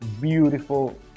beautiful